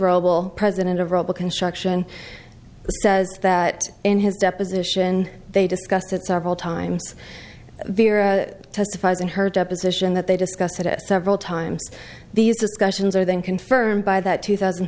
robel president of rubble construction says that in his deposition they discussed it several times testifies in her deposition that they discussed it several times these discussions are then confirmed by that two thousand